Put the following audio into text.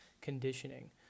conditioning